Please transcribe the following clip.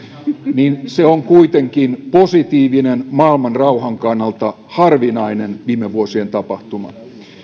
niin se on kuitenkin positiivinen maailmanrauhan kannalta harvinainen viime vuosien tapahtuma